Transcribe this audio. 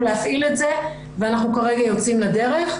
להפעיל את זה ואנחנו כרגע יוצאים לדרך,